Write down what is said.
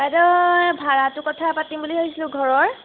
বাইদেউ ভাড়াটো কথা পাতিম বুলি ভাবিছিলোঁ ঘৰৰ